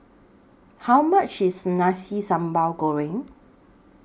How much IS Nasi Sambal Goreng